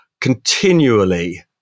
continually